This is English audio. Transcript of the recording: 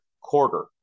quarter